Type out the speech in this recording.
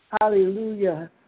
Hallelujah